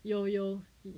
有有